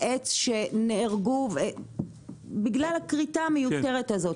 עץ שנהרגו בגלל הכריתה המיותרת הזאת.